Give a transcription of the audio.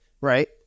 Right